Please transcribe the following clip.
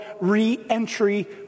Re-Entry